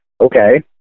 okay